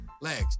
legs